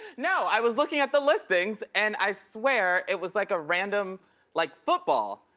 no, i was looking at the listings and i swear it was like a random like football.